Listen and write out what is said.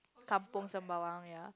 Kampung Sembawang ya